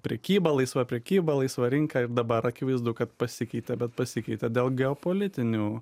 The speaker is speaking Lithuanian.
prekyba laisva prekyba laisva rinka ir dabar akivaizdu kad pasikeitė bet pasikeitė dėl geopolitinių